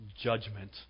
judgment